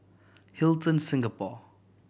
Hilton Singapore